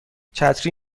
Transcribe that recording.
چتری